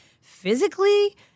physically